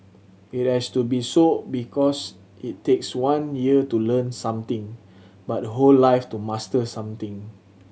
it has to be so because it takes one year to learn something but a whole life to master something